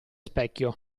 specchio